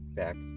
back